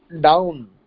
down